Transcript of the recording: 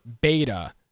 beta